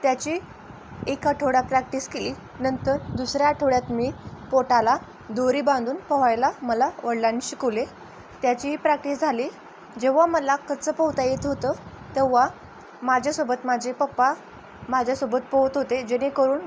त्याची एक आठवडा प्रॅक्टिस केली नंतर दुसऱ्या आठवड्यात मी पोटाला दोरी बांधून पोहायला मला वडिलांनी शिकवले त्याचीही प्रॅक्टिस झाली जेव्हा मला कच्चं पोहता येत होतं तेव्हा माझ्यासोबत माझे पप्पा माझ्यासोबत पोहत होते जेणेकरून